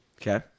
Okay